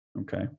okay